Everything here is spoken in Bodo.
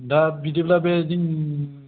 दा बिदिब्ला बे दिन